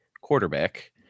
quarterback